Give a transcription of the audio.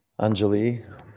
Anjali